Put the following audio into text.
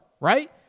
right